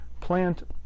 plant